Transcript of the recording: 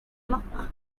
luck